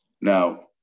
Now